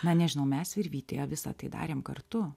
na nežinau mes virvytėje visą tai darėm kartu